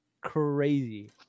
crazy